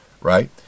right